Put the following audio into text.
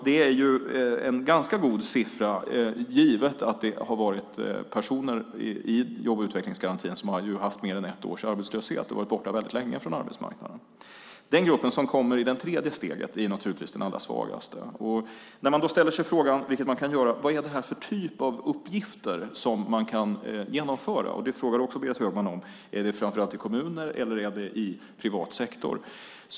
Det är en ganska god siffra, givet att det har varit personer i jobb och utvecklingsgarantin som har varit arbetslösa mer än ett år och har varit borta väldigt länge från arbetsmarknaden. Den grupp som kommer in i det tredje steget är den allra svagaste. Man kan ställa sig frågan: Vad är det för typ av uppgifter som kan genomföras? Det frågar också Berit Högman om. Är det framför allt i kommuner, eller är det i privat sektor?